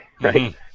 right